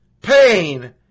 pain